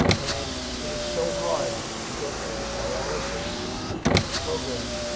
and it is so hard to go through this dialysis program,